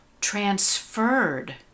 transferred